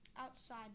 outside